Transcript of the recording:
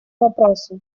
вопросу